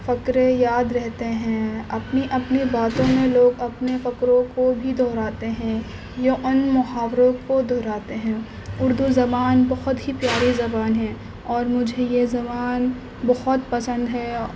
فقرے یاد رہتے ہیں اپنی اپنی باتوں میں لوگ اپنے فقروں کو بھی دہراتے ہیں یا ان محاوروں کو دہراتے ہیں اردو زبان بہت ہی پیاری زبان ہے اور مجھے یہ زبان بہت پسند ہے